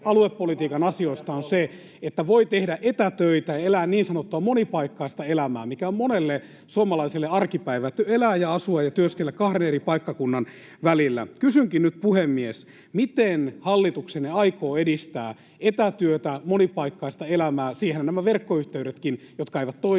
aluepolitiikan asioista on se, että voi tehdä etätöitä, elää niin sanottua monipaikkaista elämää, mikä on monelle suomalaiselle arkipäivää, elää ja asua ja työskennellä kahden eri paikkakunnan välillä. [Perussuomalaisten ryhmästä: Sen takiahan ne toimistot lakkautetaan!] Kysynkin nyt, puhemies: miten hallituksenne aikoo edistää etätyötä, monipaikkaista elämää — siihenhän nämä verkkoyhteydetkin, jotka eivät toimi,